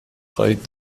خواهید